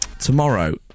Tomorrow